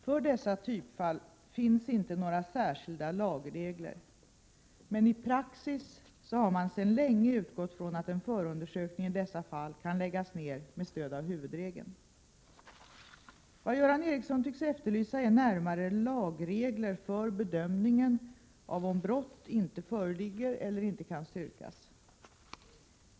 För dessa typfall finns inte några särskilda lagregler, men i praxis har man sedan länge utgått från att en förundersökning i dessa fall kan läggas ned med stöd av huvudregeln. Vad Göran Ericsson tycks efterlysa är närmare lagregler för bedömningen av om brott inte föreligger eller inte kan styrkas.